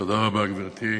גברתי היושבת-ראש,